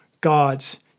God's